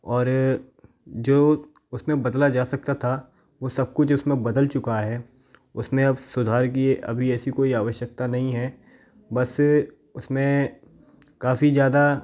और जो उस में बदला जा सकता था वो सब कुछ उस में बदल चुका है उस में अब सुधार की ये अभी ऐसी कोई आवश्यकता नहीं है बस उस में काफ़ी ज़्यादा